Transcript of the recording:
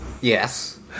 Yes